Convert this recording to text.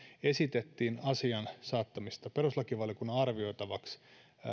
esitettiin asian saattamista perustuslakivaliokunnan arvioitavaksi